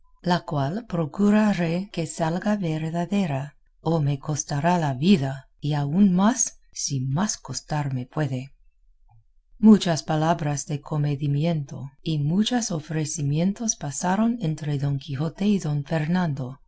la cual procuraré que salga verdadera o me costará la vida y aun más si más costarme puede muchas palabras de comedimiento y muchos ofrecimientos pasaron entre don quijote y don fernando